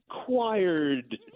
acquired